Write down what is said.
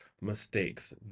mistakes